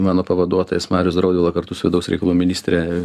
mano pavaduotojas marius draudvila kartu su vidaus reikalų ministre